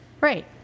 Right